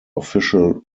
official